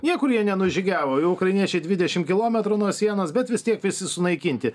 niekur jie nenužygiavo jau ukrainiečiai dvidešimt kilometrų nuo sienos bet vis tiek visi sunaikinti